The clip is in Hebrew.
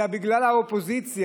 אלא בגלל האופוזיציה.